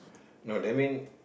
no that mean